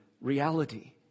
reality